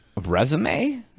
Resume